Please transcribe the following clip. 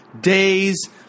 days